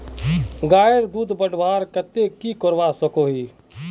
गायेर दूध बढ़वार केते की करवा सकोहो ही?